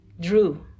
drew